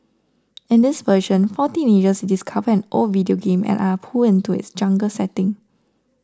in this version four teenagers discover an old video game and are pulled into its jungle setting